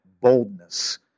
boldness